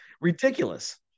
ridiculous